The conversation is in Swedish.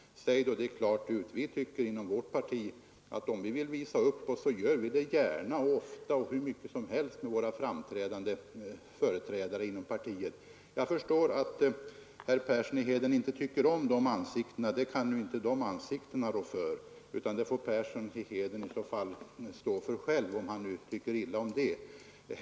Säg då det klart ut! Inom vårt parti tycker vi att om vi vill visa upp oss så gör vi det gärna, ofta och hur mycket som helst med våra framträdande företrädare för partiet. Jag förstår att herr Persson i Heden inte tycker om de ansiktena — det kan ju inte de rå för. Om herr Persson i Heden tycker illa om dem, så får han stå för det själv.